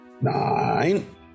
Nine